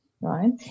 right